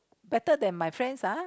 better than my friends ah